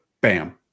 bam